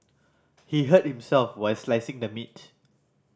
he hurt himself while slicing the meat